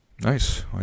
Nice